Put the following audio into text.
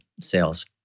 sales